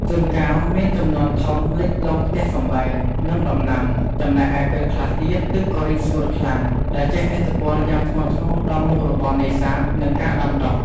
ជួនកាលមានជំនន់ធំលិចលង់ផ្ទះសម្បែង និងដំណាំ ចំណែកឯពេលខ្លះទៀតទឹកក៏រីងស្ងួតខ្លាំង ដែលជះឥទ្ធិពលយ៉ាងធ្ងន់ធ្ងរដល់មុខរបរនេសាទ និងការដាំដុះ។